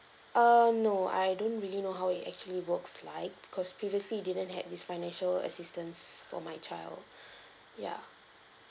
err no I don't really know how it actually works like cause previously it didn't had this financial assistance for my child ya